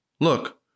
LOOK